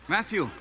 Matthew